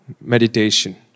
meditation